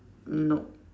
no